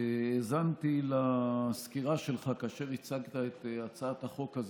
האזנתי לסקירה שלך כאשר הצעת את הצעת החוק.